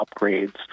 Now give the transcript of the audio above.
upgrades